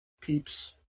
Peeps